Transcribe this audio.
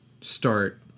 start